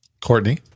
Courtney